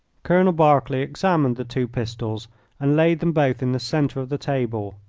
colonel berkeley examined the two pistols and laid them both in the centre of the table.